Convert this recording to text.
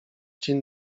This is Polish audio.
dzień